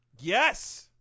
Yes